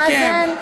אני מסכם.